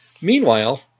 Meanwhile